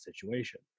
situation